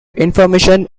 information